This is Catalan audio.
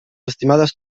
estimades